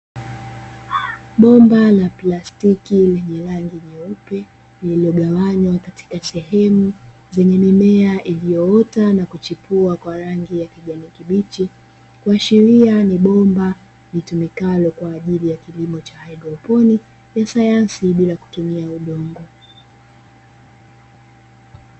Bomba la plastiki lenye rangi nyeupe lililoganywa katika sehemu zenye mimea iliyoota na kuchipua kwa rangi ya kijani kibichi, kuashiria ni bomba litumikalo kwa ajili ya kilimo cha haidroponi ya sayansi bila kutumia udongo.